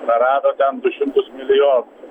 prarado ten du šimtus milijonų